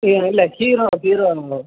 இ இல்லை hero hero வேணும்